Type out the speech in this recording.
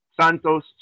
Santos